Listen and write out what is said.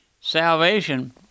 Salvation